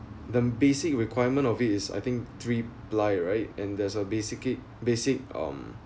the basic requirement of it is I think three ply right and there's a basically basic um